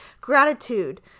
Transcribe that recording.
gratitude